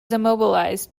immobilized